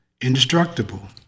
indestructible